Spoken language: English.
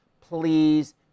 please